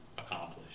Accomplished